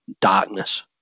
darkness